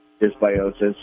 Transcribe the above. dysbiosis